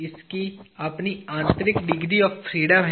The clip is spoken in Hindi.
इसकी अपनी आंतरिक डिग्री ऑफ़ फ्रीडम है